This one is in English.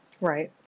Right